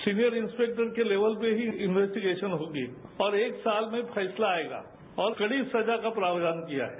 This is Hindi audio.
सेवियर इन्सपेक्टर के लेवल पर ही इन्वेस्टीगेशन होगी और एक साल में फैसला आयेगा और कड़ी सजा का प्रावधान किया है